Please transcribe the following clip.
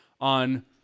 on